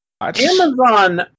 Amazon